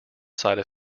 side